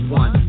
one